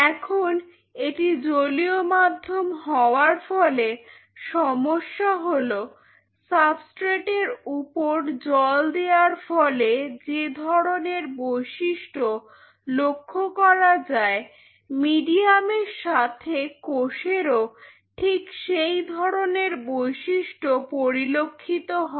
এখন এটি জলীয় মাধ্যম হওয়ার ফলে সমস্যা হল সাবস্ট্রেট এর উপর জল দেওয়ার ফলে যে ধরনের বৈশিষ্ট্য লক্ষ্য করা যায় মিডিয়াম এর সাথে কোষেরও ঠিক সেই ধরনের বৈশিষ্ট্য পরিলক্ষিত হবে